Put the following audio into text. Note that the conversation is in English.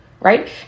right